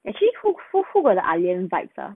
actually who who got the ah lian vibes ah